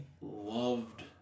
loved